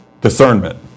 discernment